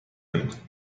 nimmt